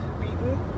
beaten